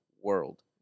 world